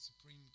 Supreme